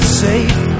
safe